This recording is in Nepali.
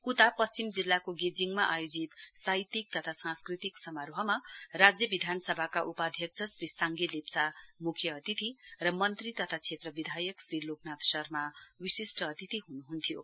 उता पश्चिम जिल्लाको गेजिङमा आयोजित साहित्यिक तथा सांस्कृतिक समारोहमा राज्य विधानसभाका उपाध्यक्ष श्री साङ्गे लेप्चा मुख्य अतिथि र मन्त्री तथा क्षेत्र विधायक श्री लोकनाथ शर्मा विशिष्ट अतिथि हुनुहुन्थ्यो